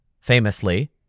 famously